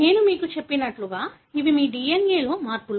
నేను మీకు చెప్పినట్లుగా ఇవి మీ DNA లో మార్పులు